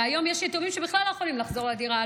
והיום יש יתומים שבכלל לא יכולים לחזור לדירה,